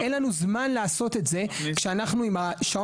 אין לנו זמן לעשות את זה כשאנחנו עם שעון